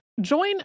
Join